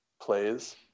plays